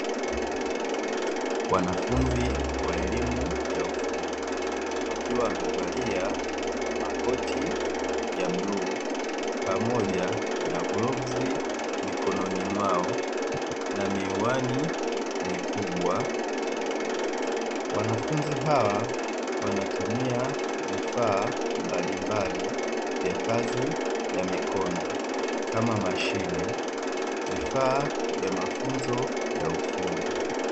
Wanafunzi wa elimu ya ufundi wakiwa wamevalia makoti ya bluu pamoja na glavu mikononi mwao na miwani mikubwa. Wanafunzi hawa wanatumia vifaa mbalimbali vya kazi ya mikono kama mashine; vifaa vya mafunzo ya ufundi.